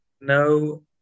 No